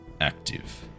active